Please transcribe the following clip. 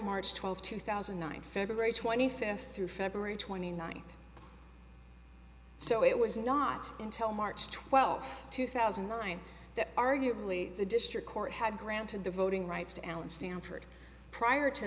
march twelfth two thousand and nine february twenty fifth through february twenty ninth so it was not until march twelfth two thousand and nine that arguably the district court had granted the voting rights to allen stanford prior to